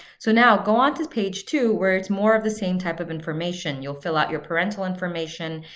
so now, go onto page two where it's more of the same type of information. you'll fill out your parental information,